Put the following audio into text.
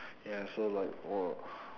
ya so like !whoa!